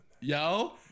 Yo